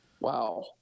Wow